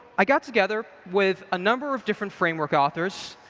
i got together with a number of different framework authors.